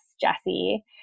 Jesse